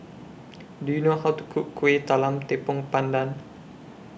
Do YOU know How to Cook Kuih Talam Tepong Pandan